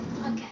Okay